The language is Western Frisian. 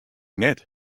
net